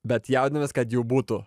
bet jaudinamės kad jų būtų